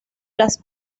las